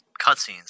cutscenes